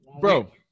bro